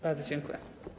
Bardzo dziękuję.